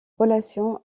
relation